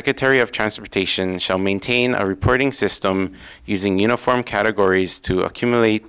secretary of transportation shall maintain a reporting system using uniform categories to accumulate